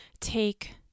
take